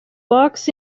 box